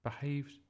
behaved